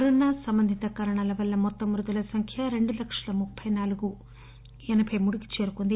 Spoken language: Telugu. కరోనా సంబంధిత కారణాల వల్ల మొత్తం మృతుల సంఖ్య రెండు లక్షల ముప్పె నాలుగు ఎనబై మూడు కి చేరుకుంది